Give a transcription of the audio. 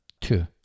two